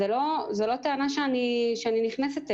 זו לא טענה שאני נכנסת אליה.